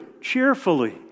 cheerfully